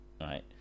Right